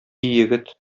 егет